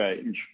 change